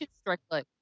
strictly